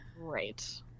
Right